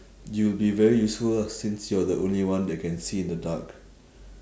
you'll be very useful lah since you're the only one that can see in the dark